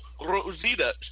rosita